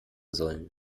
sollen